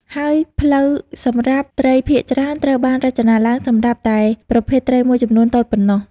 ហើយផ្លូវសម្រាប់ត្រីភាគច្រើនត្រូវបានរចនាឡើងសម្រាប់តែប្រភេទត្រីមួយចំនួនតូចប៉ុណ្ណោះ។